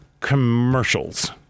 commercials